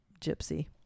Gypsy